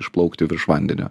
išplaukti virš vandenio